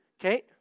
okay